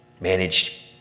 managed